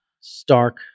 stark